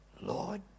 Lord